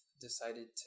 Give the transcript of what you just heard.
decided